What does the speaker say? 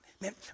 man